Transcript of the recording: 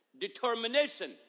Determination